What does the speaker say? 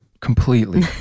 completely